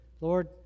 Lord